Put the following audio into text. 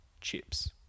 chips